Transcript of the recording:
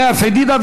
לאה פדידה.